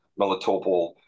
Melitopol